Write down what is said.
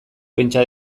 pentsa